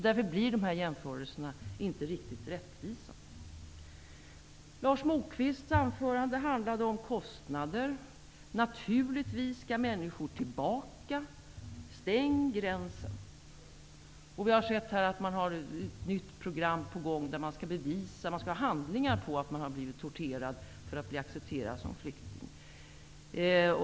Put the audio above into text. Därför blir dessa jämförelser inte riktigt rättvisa. Lars Moquists anförande handlade om kostnader -- naturligtvis skall människor skickas tillbaka och gränserna stängas. Vi har sett att Ny demokrati har ett nytt program på gång som innebär att den asylsökande skall kunna visa upp handlingar som bevisar att han eller hon blivit torterad för att accepteras som flykting.